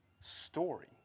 story